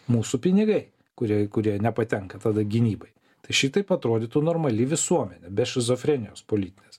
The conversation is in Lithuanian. mūsų pinigai kurie kurie nepatenka tada gynybai tai šitaip atrodytų normali visuomenė be šizofrenijos politinės